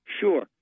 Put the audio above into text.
Sure